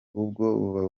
ubwo